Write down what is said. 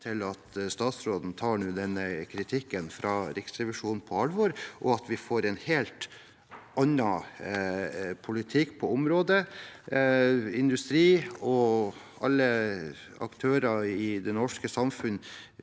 til at statsråden nå tar kritikken fra Riksrevisjonen på alvor, og at vi får en helt annen politikk på området. Industri og alle aktører i det norske samfunnet